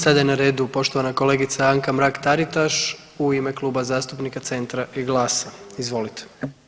Sada je na redu poštovana kolegica Anka Mrak-Taritaš u ime Kluba zastupnika Centra i GLAS-a, izvolite.